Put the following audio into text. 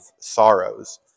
sorrows